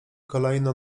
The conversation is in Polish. kolejno